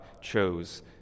chose